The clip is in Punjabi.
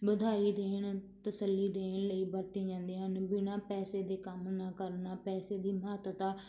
ਵਧਾਈ ਦੇਣ ਤਸੱਲੀ ਦੇਣ ਲਈ ਵਰਤੀਆਂ ਜਾਂਦੀਆਂ ਹਨ ਬਿਨਾਂ ਪੈਸੇ ਦੇ ਕੰਮ ਨਾ ਕਰਨਾ ਪੈਸੇ ਦੀ ਮਹੱਤਤਾ